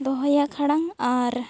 ᱫᱚᱦᱚᱭᱟ ᱠᱷᱟᱲᱟᱝ